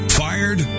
fired